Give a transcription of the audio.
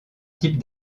type